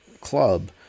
club